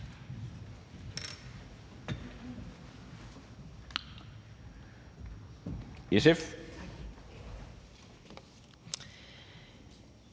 Tak